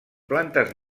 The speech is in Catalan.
plantes